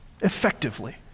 effectively